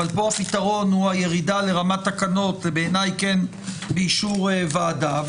אבל כאן הפתרון הוא הירידה לרמת תקנות ובעיניי כן באישור ועדה.